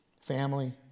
Family